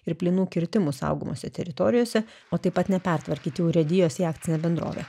ir plynų kirtimų saugomose teritorijose o taip pat nepertvarkyti urėdijos į akcinę bendrovę